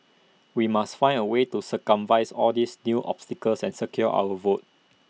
we must find A way to circumvents all these new obstacles and secure our votes